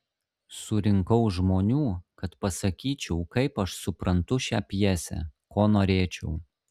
surinkau žmonių kad pasakyčiau kaip aš suprantu šią pjesę ko norėčiau